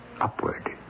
upward